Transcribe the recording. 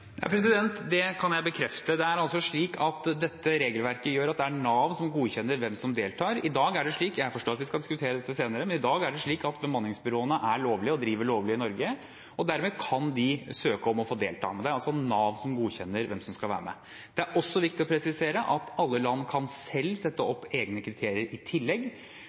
Det kan jeg bekrefte. Det er slik at dette regelverket gjør at det er Nav som godkjenner hvem som deltar. I dag er det slik – jeg forstår at vi skal diskutere dette senere – at bemanningsbyråene er lovlige og driver lovlig i Norge, og dermed kan de søke om å få delta. Men det er altså Nav som godkjenner hvem som skal være med. Det er også viktig å presisere at alle land selv kan sette opp egne kriterier i tillegg.